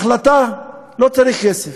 החלטה, לא צריך כסף.